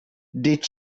did